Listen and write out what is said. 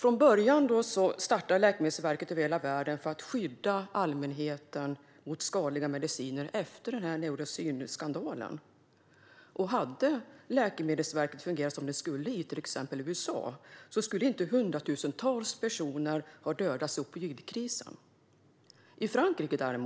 Från början startades läkemedelsverk över hela världen för att skydda allmänheten mot skadliga mediciner efter Neurosedynskandalen. Hade läkemedelsverket i USA fungerat som det skulle hade inte hundratusentals personer dödats i opioidkrisen. I Frankrike har